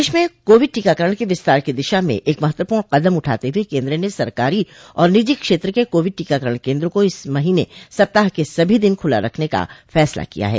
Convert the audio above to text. देश में कोविड टीकाकरण के विस्तार की दिशा में एक महत्वपूर्ण कदम उठाते हुए केन्द्र ने सरकारी और निजी क्षेत्र के कोविड टीकाकरण केन्दो को इस महीने सप्ताह के सभी दिन खुला रखने का फैसला किया है